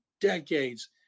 decades